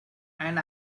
and